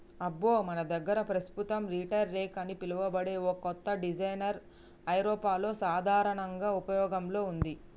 అబ్బో మన దగ్గర పస్తుతం రీటర్ రెక్ అని పిలువబడే ఓ కత్త డిజైన్ ఐరోపాలో సాధారనంగా ఉపయోగంలో ఉంది